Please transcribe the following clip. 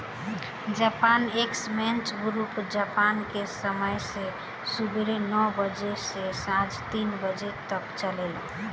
Japan exchange group Japan के समय से सुबेरे नौ बजे से सांझ तीन बजे तक चलेला